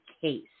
case